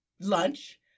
lunch